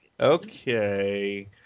Okay